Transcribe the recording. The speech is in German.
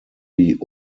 die